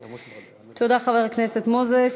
תודה, חבר הכנסת מוזס.